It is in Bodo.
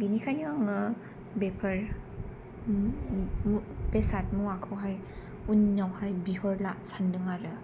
बिनिखायनो आङो बेफोर बेसाद मुवाखौहाय अनलाइनावहाय बिहरला सानदों आरो